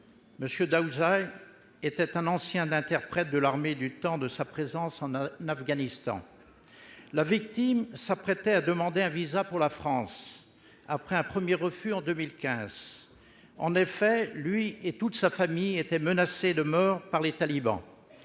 suicide à Kaboul. C'était un ancien interprète de l'armée, du temps de sa présence en Afghanistan. La victime s'apprêtait à demander un visa pour la France, après un premier refus en 2015. En effet, lui et toute sa famille étaient menacés de mort par les talibans